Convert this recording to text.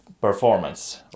performance